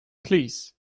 please